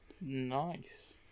Nice